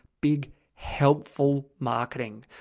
big helpful marketing,